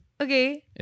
Okay